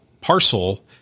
parcel